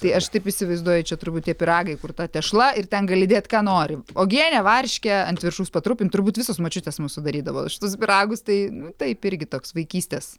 tai aš taip įsivaizduoju čia turbūt tie pyragai kur ta tešla ir ten gali dėt ką nori uogienę varškę ant viršaus patrupinti turbūt visos močiutės mus sudarydavo šitus pyragus tai taip irgi toks vaikystės